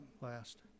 last